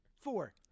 Four